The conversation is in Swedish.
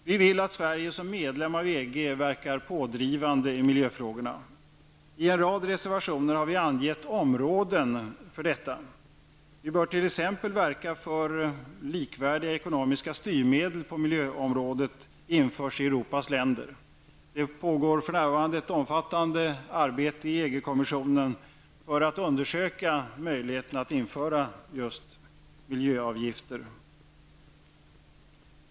Vi vill att Sverige som medlem av EG verkar pådrivande i miljöfrågorna. I en rad reservationer har vi angivit områden för detta. Vi bör t.ex. verka för att likvärdiga ekonomiska styrmedel på miljöområdet införs i Europas länder. Det pågår för närvarande ett omfattande arbete i EG kommissionen för att undersöka möjligheterna att införa just miljöavgifter.